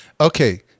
Okay